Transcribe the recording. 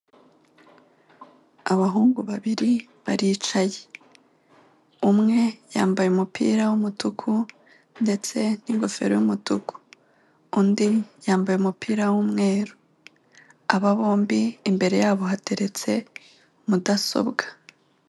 Abahungu babiri baricaye, umwe yambaye umupira w'umutuku ndetse n'ingofero y'umutuku undi yambaye umupira w'umweru. Aba bombi imbere yabo hateretse mudasobwa.